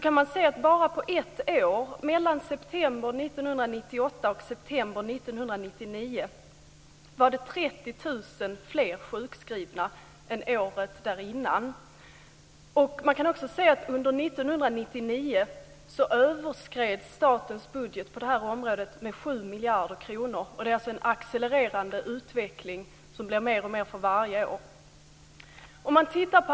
Man kan se att bara på ett år, mellan september 1998 och september 1999, var det 30 000 fler sjukskrivna än året innan. Under 1999 överskreds statens budget på det här området med 7 miljarder kronor. Det är alltså en accelererande utveckling, och det blir mer och mer för varje år.